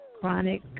Chronic